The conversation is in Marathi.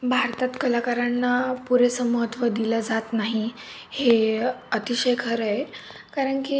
भारतात कलाकारांना पुरेसं महत्त्व दिलं जात नाही हे अतिशय खरं आहे कारण की